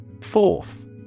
Fourth